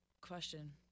question